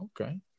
okay